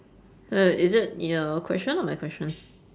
uh is it your question or my question